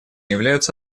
являются